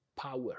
power